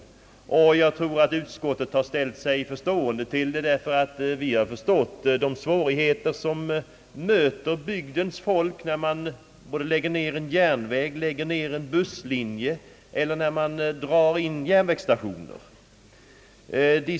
Jag tror att jag vågar säga, att utskottet har varit förstående när det gäller motionerna och haft klart för sig vilka svårigheter som möter bygdens folk när en järnväg eller en busslinje läggs ned eller en järnvägsstation dras in.